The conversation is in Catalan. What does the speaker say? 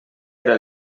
era